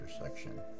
intersection